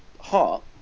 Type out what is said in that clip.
heart